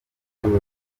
ituze